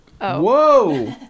Whoa